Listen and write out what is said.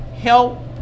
help